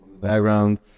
background